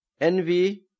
envy